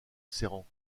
serrant